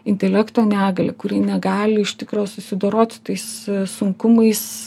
intelekto negalią kurie negali iš tikro susidorot su tais sunkumais